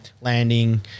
landing